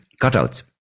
cutouts